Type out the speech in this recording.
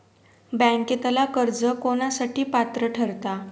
बँकेतला कर्ज कोणासाठी पात्र ठरता?